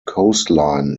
coastline